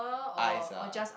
ice ah